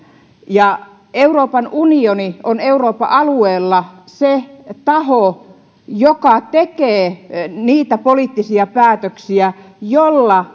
euroopan unioni on euroopan alueella se taho joka tekee niitä poliittisia päätöksiä joilla